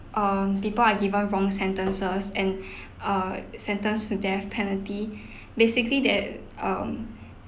err people are given wrong sentences and err sentenced to death penalty basically they um